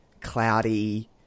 cloudy